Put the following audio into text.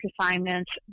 assignments